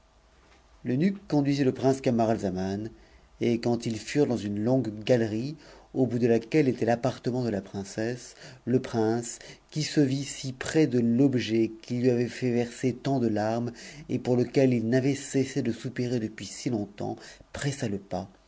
l'eunuque conduisit le prince camaralzaman et quand ils furent une longue galerie au bout de laquelle était l'appartement de la princes le prince qui se vit si près de l'objet qui lui avait fait verser tant de an c et pour lequel il n'avait cessé de soupirer depuis si longtemps pressa pas